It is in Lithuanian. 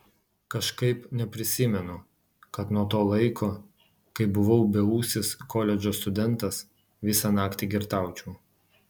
kažkaip neprisimenu kad nuo to laiko kai buvau beūsis koledžo studentas visą naktį girtaučiau